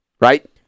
Right